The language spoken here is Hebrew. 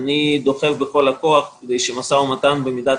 אני דוחף בכל הכוח כדי שמשא ומתן במידת